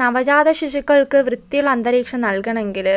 നവജാതശിശുക്കൾക്ക് വൃത്തിയുള്ള അന്തരീക്ഷം നൽകണെങ്കില്